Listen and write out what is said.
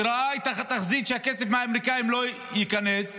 שראה את התחזית שהכסף מהאמריקנים לא ייכנס,